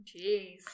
Jeez